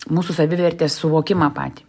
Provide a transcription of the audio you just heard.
mūsų savivertės suvokimą patį